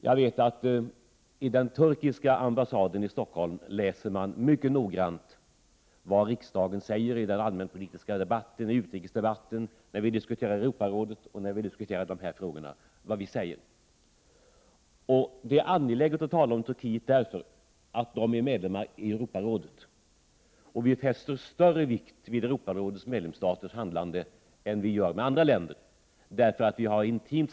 Jag vet att man vid den turkiska ambassaden i Stockholm mycket noggrant följer vad som sägs i riksdagen under den allmänpolitiska debatten, under utrikesdebatten, när vi diskuterar Europarådet och när vi nu diskuterar dessa frågor. Det är angeläget att tala om Turkiet, eftersom Turkiet är medlem i Europarådet. Vi fäster större vikt vid Europarådets medlemsstaters handlande än vad vi gör i fråga om andra länder.